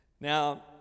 Now